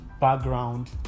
background